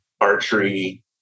archery